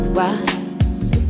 rise